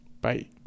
Bye